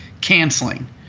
canceling